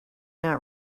not